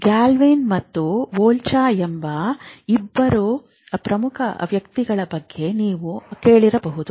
Galvani ಮತ್ತು Volta ಎಂಬ ಇಬ್ಬರು ಪ್ರಮುಖ ವ್ಯಕ್ತಿಗಳ ಬಗ್ಗೆ ನೀವು ಕೇಳಿರಬಹುದು